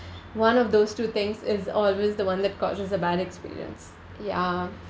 one of those two things is always the one that causes a bad experience ya